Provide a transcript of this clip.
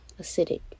acidic